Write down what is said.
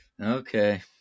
Okay